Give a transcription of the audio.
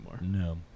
No